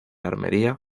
armenia